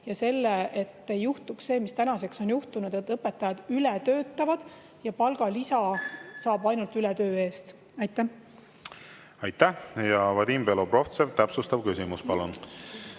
ja selle, et ei juhtuks nii, nagu tänaseks on juhtunud, et õpetajad töötavad üle ja palgalisa saab ainult ületöö eest. Aitäh! Ja Vadim Belobrovtsev, täpsustav küsimus, palun!